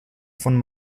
von